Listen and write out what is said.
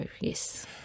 Yes